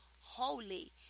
holy